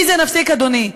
מי זה "נפסיק", אדוני?